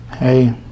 Hey